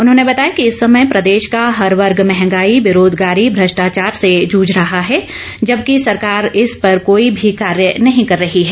उन्होंने बताया कि इस समय प्रदेश का हर वर्ग महगाई बेरोजगारी भ्रष्टाचार से जूझ रहा है जबकि सरकार इस पर कोई भी कार्य नहीं कर रही है